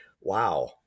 Wow